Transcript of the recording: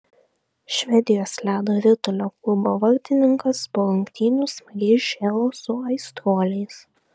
švedijos ledo ritulio klubo vartininkas po rungtynių smagiai šėlo su aistruoliais